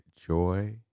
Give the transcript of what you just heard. joy